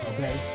Okay